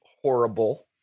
horrible